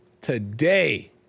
today